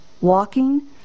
walking